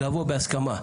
לבוא בהסכמה,